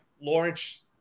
Lawrence